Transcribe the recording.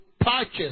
purchase